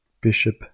bishop